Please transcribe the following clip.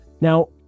Now